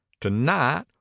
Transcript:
Tonight